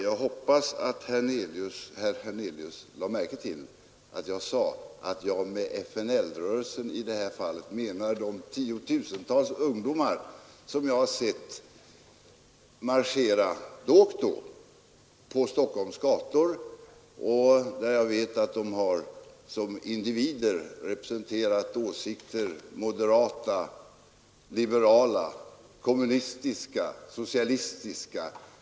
Jag hoppas att herr Hernelius lade märke till att jag sade att jag med FNL-rörelsen i det här fallet menar de tiotusentals ungdomar som jag har sett marschera då och då på Stockholms gator. Jag vet att de som individer har representerat moderata, liberala, kommunistiska och socialistiska åsikter.